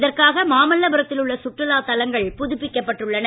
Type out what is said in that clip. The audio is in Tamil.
இதற்காக மாமல்லபுரத்தில் உள்ள சுற்றுலா தலங்கள் புதுப்பிக்கப்பட்டுள்ளன